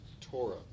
Torah